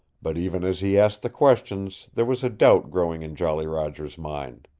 but even as he asked the questions there was a doubt growing in jolly roger's mind.